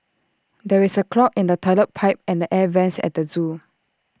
there is A clog in the Toilet Pipe and the air Vents at the Zoo